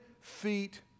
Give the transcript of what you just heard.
feet